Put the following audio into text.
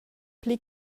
pli